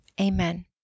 amen